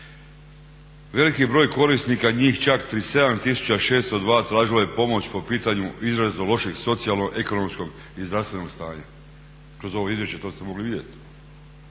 Veliki broj korisnika, njih čak 37 tisuća 602 tražilo je pomoć po pitanju izrazito lošeg socijalno ekonomskog i zdravstveno stanja, kroz ovo izvješće to ste mogli vidjeti.